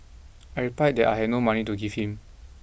I replied that I had no money to give him